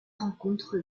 rencontre